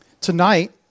tonight